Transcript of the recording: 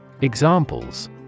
Examples